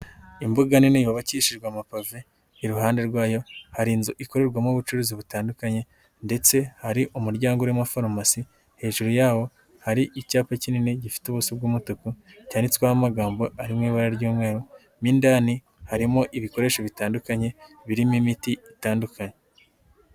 Imbuga nini yubakishijwe amapave. Iruhande rwayo hari inzu ikorerwamo ubucuruzi butandukanye ndetse hari umuryango urimo foromasi. Hejuru yawo hari icyapa kinini gifite ubuso bw'umutuku, cyanditsweho amagambo ari mu ibara ry'umweru. Mo indani harimo ibikoresho bitandukanye birimo imiti itandukanye.